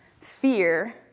fear